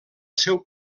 seu